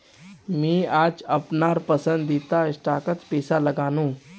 मी आज अपनार पसंदीदा स्टॉकत पैसा लगानु